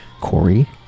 Corey